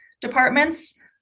departments